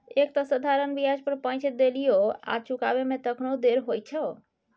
एक तँ साधारण ब्याज पर पैंच देलियौ आ चुकाबै मे तखनो देर होइ छौ